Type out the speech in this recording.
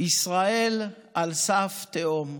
"ישראל על סף תהום",